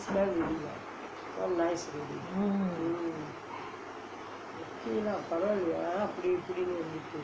mm